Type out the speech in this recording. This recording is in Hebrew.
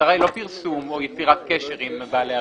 המטרה היא לא פרסום או יצירת קשר עם בעלי הרישיונות.